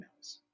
emails